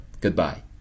goodbye